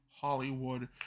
hollywood